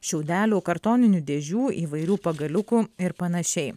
šiaudelių kartoninių dėžių įvairių pagaliukų ir panašiai